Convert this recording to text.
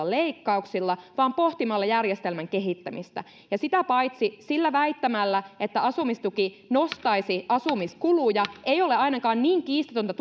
leikkauksilla vaan pohtimalla järjestelmän kehittämistä ja sitä paitsi sillä väittämällä että asumistuki nostaisi asumiskuluja ei ole ainakaan niin kiistatonta